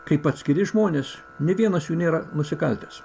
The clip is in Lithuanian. kaip atskiri žmonės nė vienas jų nėra nusikaltęs